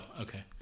Okay